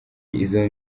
izo